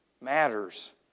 matters